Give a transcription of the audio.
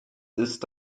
ist